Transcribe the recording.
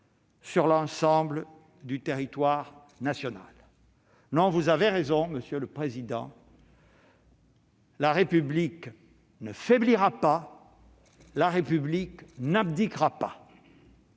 sur l'ensemble du territoire national. Non, vous avez raison, monsieur le président, la République ne faiblira pas, la République n'abdiquera pas